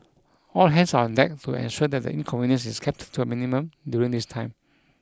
all hands are on deck to ensure that the inconvenience is kept to a minimum during this time